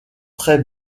très